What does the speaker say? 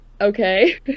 okay